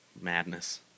madness